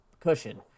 Cushion